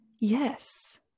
Yes